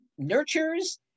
Nurtures